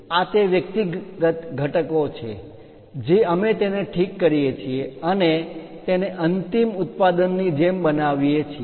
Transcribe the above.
આ તે વ્યક્તિગત ઘટકો છે જે અમે તેને ઠીક કરીએ છીએ અને તેને અંતિમ ઉત્પાદનની જેમ બનાવીએ છીએ